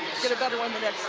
get a better one the next